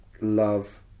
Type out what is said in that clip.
love